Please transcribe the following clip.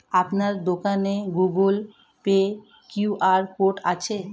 আপনার দোকানে Google pay QR code আছে?